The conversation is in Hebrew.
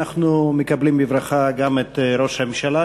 אנחנו מקבלים בברכה גם את ראש הממשלה,